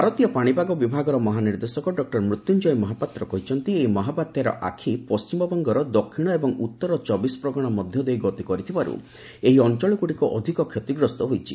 ଭାରତୀୟ ପାଣିପାଗ ବିଭାଗର ମହାନିର୍ଦ୍ଦେଶକ ଡକୁର ମୃତ୍ୟୁଞ୍ଜୟ ମହାପାତ୍ର କହିଛନ୍ତି ଏହି ମହାବାତ୍ୟାର ଆଖି ପଶ୍ଚିମବଙ୍ଗର ଦକ୍ଷିଣ ଏବଂ ଉତ୍ତର ଚବିଶପ୍ରଗଣା ମଧ୍ୟଦେଇ ଗତି କରିଥିବାରୁ ଏହି ଅଞ୍ଚଳଗୁଡ଼ିକ ଅଧିକ କ୍ଷତିଗ୍ରସ୍ତ ହୋଇଛି